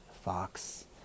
Fox